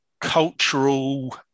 cultural